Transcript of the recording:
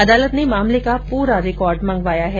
अदालत ने मामले का पूरा रिकॉर्ड मंगवाया है